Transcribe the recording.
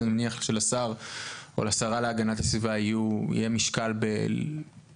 אני מניח שלשר או לשרה להגנת הסביבה יהיה משקל בלראות